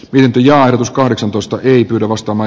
vienti jarrutus kahdeksantoista ei arvostama